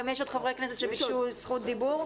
גם יש עוד חברי כנסת שביקשו רשות דיבור.